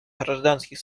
гражданских